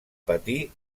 patir